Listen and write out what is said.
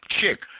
chick